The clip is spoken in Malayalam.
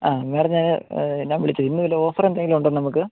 ആ എന്ന് പറഞ്ഞാൽ ഞാൻ വിളിച്ചത് ഇന്ന് വല്ല ഓഫർ എന്തെങ്കിലും ഉണ്ടോ നമുക്ക്